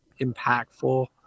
impactful